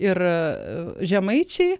ir žemaičiai